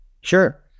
Sure